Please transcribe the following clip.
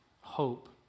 hope